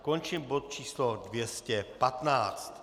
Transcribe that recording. Končím bod číslo 215.